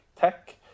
tech